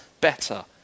better